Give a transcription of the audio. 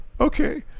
okay